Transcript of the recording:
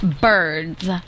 birds